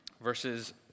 verses